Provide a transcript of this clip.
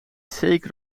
zeker